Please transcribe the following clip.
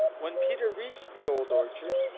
when peter reached the old orchard,